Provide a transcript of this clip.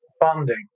funding